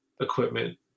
equipment